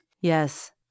Yes